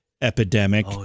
epidemic